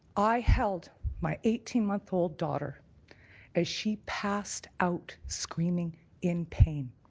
i held my eighteen month old daughter as she passed out screaming in pain.